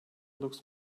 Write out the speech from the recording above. looks